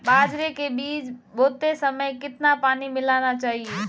बाजरे के बीज बोते समय कितना पानी मिलाना चाहिए?